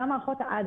גם מערכות ---,